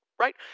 right